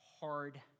hard